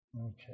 Okay